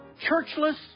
churchless